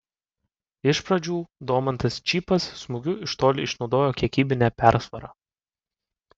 iš pradžių domantas čypas smūgiu iš toli išnaudojo kiekybinę persvarą